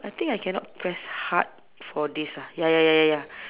I think I cannot press hard for this ah ya ya ya ya ya